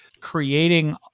creating